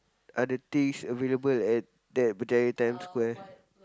are the things available at that Berjaya-Times-Square